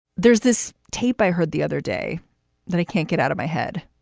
there's this tape i heard the other day that i can't get out of my head.